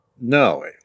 No